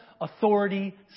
authority